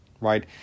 right